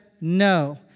no